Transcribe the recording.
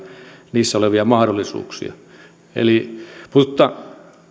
niissä olevia mahdollisuuksia